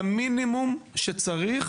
למינימום שצריך,